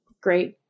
great